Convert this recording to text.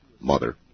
mother